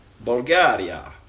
Bulgaria